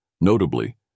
Notably